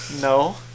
No